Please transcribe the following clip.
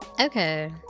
Okay